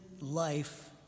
life